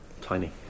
tiny